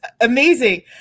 amazing